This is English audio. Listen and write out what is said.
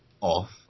off